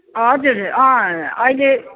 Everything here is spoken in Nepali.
हजुर अहिले